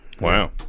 Wow